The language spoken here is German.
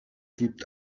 gibt